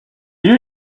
you